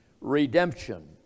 Redemption